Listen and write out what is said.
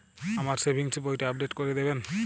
আমার সেভিংস বইটা আপডেট করে দেবেন?